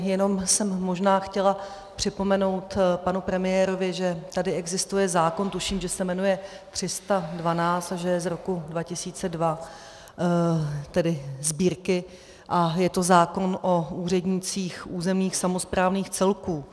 Jenom jsem možná chtěla připomenout panu premiérovi, že tady existuje zákon, tuším, že se jmenuje 312 a že je z roku 2002, tedy Sbírky, je to zákon o úřednících územních samosprávných celků.